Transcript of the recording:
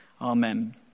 Amen